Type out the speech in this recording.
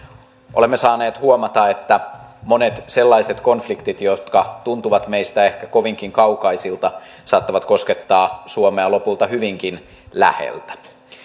olemme saaneet huomata että monet sellaiset konfliktit jotka tuntuvat meistä ehkä kovinkin kaukaisilta saattavat koskettaa suomea lopulta hyvinkin läheltä